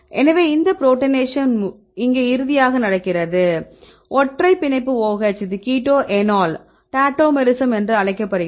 எனவே இந்த புரோட்டானேஷன் இங்கே இறுதியாக நடக்கிறது ஒற்றை பிணைப்பு OH இது கீட்டோ எனோல் டாடோமெரிசம் என்று அழைக்கப்படுகிறது